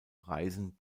reisen